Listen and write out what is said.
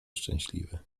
szczęśliwy